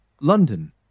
London